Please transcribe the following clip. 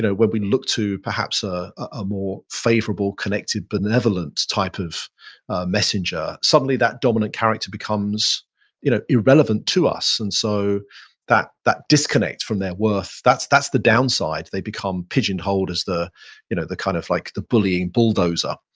when we look to perhaps a ah more favorable connected benevolent type of messenger, suddenly that dominant character becomes you know irrelevant to us. and so that that disconnect from their worth, that's that's the downside. they become pigeonholed as the you know the kind of like the bullying bulldozer.